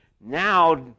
now